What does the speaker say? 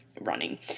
running